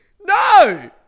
no